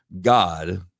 god